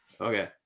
Okay